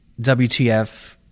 WTF